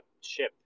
ship